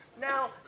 Now